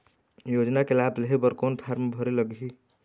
योजना के लाभ लेहे बर कोन फार्म भरे लगही?